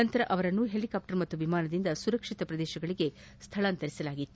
ನಂತರ ಅವರನ್ನು ಹೆಲಿಕಾಪ್ಲರ್ ಮತ್ತು ವಿಮಾನದಿಂದ ಸುರಕ್ಷಿತ ಪ್ರದೇಶಗಳಿಗೆ ಸ್ಲಳಾಂತರಿಸಲಾಗಿತ್ತು